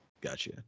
Gotcha